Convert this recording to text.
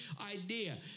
idea